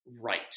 right